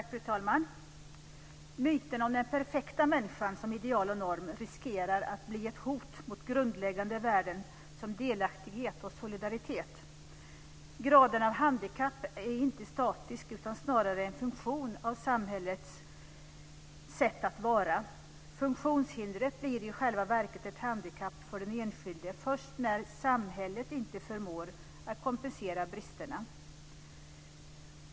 Fru talman! Myten om den perfekta människan som ideal och norm riskerar att bli ett hot mot grundläggande värden som delaktighet och solidaritet. Graden av handikapp är inte statisk utan snarare en funktion av samhällets sätt att vara. Funktionshindret blir i själva verket ett handikapp för den enskilde först när samhället inte förmår att kompensera bristerna.